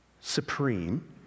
supreme